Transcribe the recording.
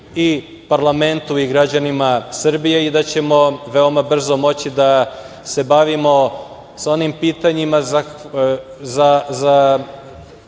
i parlamentu i građanima Srbije i da ćemo veoma brzo moći da se bavimo sa onim pitanjima